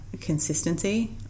consistency